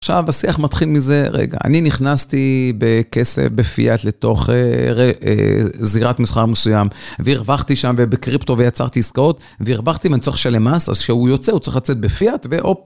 עכשיו השיח מתחיל מזה, רגע, אני נכנסתי בכסף בפייאט לתוך זירת מסחר מסוים, והרווחתי שם בקריפטו ויצרתי עסקאות והרווחתי ואני צריך לשלם מס, אז כשהוא יוצא הוא צריך לצאת בפייאט ואופ.